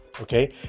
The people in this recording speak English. Okay